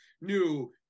new